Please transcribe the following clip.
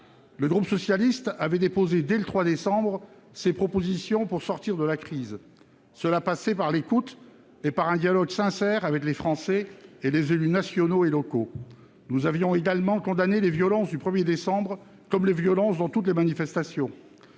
Le groupe socialiste avait déposé dès le 3 décembre ses propositions pour sortir de la crise. Cela passait par l'écoute et par un dialogue sincère avec les Français et les élus nationaux et locaux. Nous avions également condamné les violences du 1 décembre, comme les violences dans toutes les manifestations.